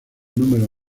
número